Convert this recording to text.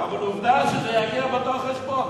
אבל העובדה היא שזה יגיע באותו חשבון.